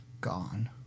gone